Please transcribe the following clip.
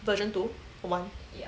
version two or one